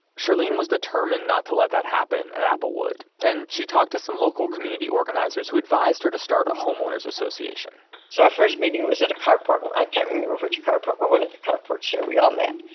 shirlene was determined not to let that happen at applewood, and she talked to some local community organizers, who advised her to start a homeowners association so our first meeting was at a carport, and i can't remember which carport, but one of the carports here, we all met.